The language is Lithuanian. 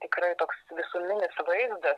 tikrai toks visuminis vaizdas